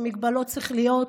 עם מגבלות שכליות,